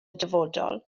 dyfodol